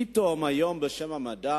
פתאום, היום בשם המדע,